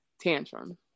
tantrum